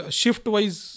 shift-wise